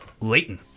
Leighton